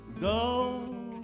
go